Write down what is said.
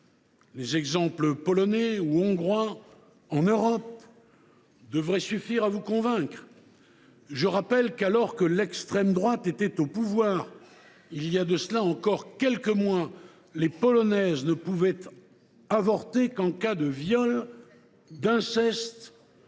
européens – polonais ou hongrois – devraient suffire à vous convaincre. Je rappelle que, alors que l’extrême droite était au pouvoir, voilà encore quelques mois, les Polonaises ne pouvaient avorter qu’en cas de viol ou d’inceste